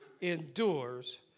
endures